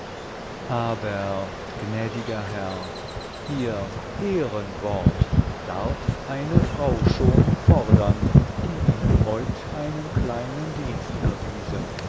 aber gnädiger herr ihr ehrenwort darf eine frau schon fordern die ihnen heut einen kleinen dienst erwiesen